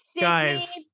Guys